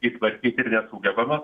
jį tvarkyt ir nesugebama